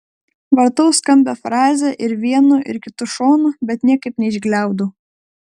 vartau skambią frazę ir vienu ir kitu šonu bet niekaip neišgliaudau